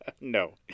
No